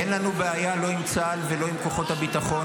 אין לנו בעיה לא עם צה"ל ולא עם כוחות הביטחון,